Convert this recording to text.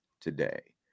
today